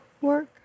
work